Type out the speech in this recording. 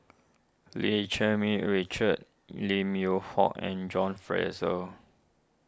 Lee Cherng Mih Richard Lim Yew Hock and John Fraser